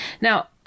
Now